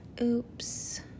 oops